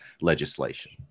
legislation